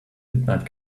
midnight